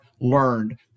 learned